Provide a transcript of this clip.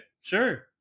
sure